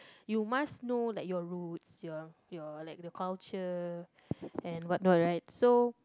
you must know like your roots your your like the culture and what not right so